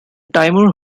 timur